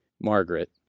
Margaret